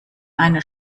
eine